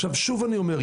עכשיו שוב אני אומר,